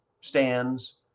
stands